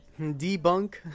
Debunk